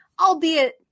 albeit